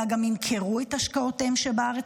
אלא גם ימכרו את השקעותיהם שבארץ,